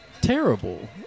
terrible